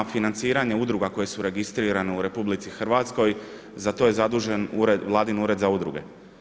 Financiranje udruga koje su registrirane u RH za to je zadužen vladin Ured za udruge.